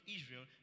Israel